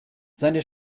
seine